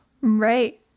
Right